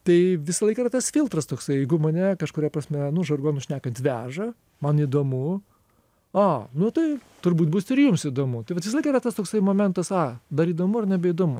tai visą laiką tas filtras toksai jeigu mane kažkuria prasme nu žargonu šnekant veža man įdomu a nu tai turbūt bus ir jums įdomu tai vat visą laiką yra tas toksai momentas a dar įdomu ar nebeįdomu